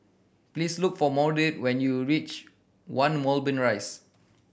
please look for Maude when you reach One Moulmein Rise